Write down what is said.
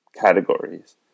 categories